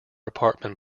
apartment